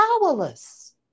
powerless